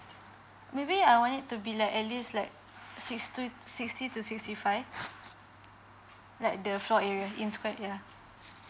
maybe I want it to be like at least like six to sixty to sixty five like the floor area in square yeah